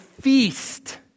feast